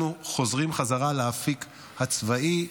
אנחנו חוזרים בחזרה לאפיק הצבאי,